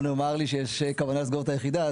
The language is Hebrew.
לא נאמר לי שיש כוונה לסגור את היחידה.